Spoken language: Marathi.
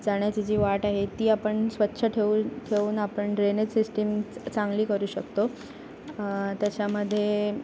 जाण्याची जी वाट आहे ती आपण स्वच्छ ठेवून ठेवून आपण ड्रेनेज सिस्टीम चांगली करू शकतो त्याच्यामध्ये